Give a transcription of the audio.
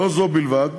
לא זו בלבד,